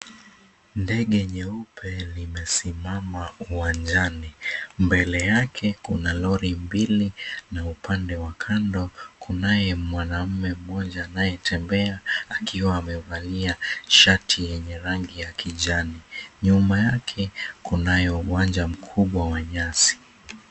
Ndege nyeupe limesimama uwanjani. Mbele yake kuna lori mbili na upande wa kando kunaye mwanaume mmoja anayetembea akiwa amevalia shati yenye rangi ya kijani. Nyuma yake kunayo uwanja mkubwa wa nyasi.